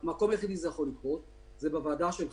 כי המקום היחיד שזה יכול לקרות זה בוועדה שלך,